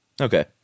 Okay